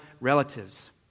relatives